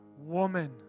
woman